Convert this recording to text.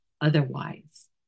otherwise